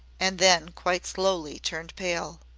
and then quite slowly turned pale.